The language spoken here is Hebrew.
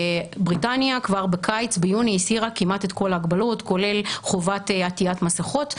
בריטניה כבר ביוני הסירה כמעט את כל ההגבלות כולל חובת עטיית מסכות,